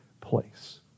place